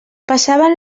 passaven